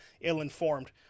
ill-informed